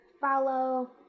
follow